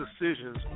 decisions